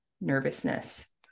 nervousness